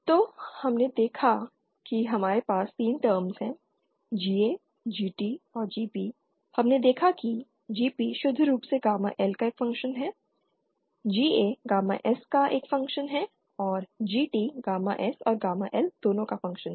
तो हमने देखा कि हमारे पास 3 टर्म्स हैं GA GT और GP हमने देखा कि GP शुद्ध रूप से गामा L का एक फ़ंक्शन है GA गामा S का एक फ़ंक्शन है और GT गामा S और गामा L दोनों का फ़ंक्शन है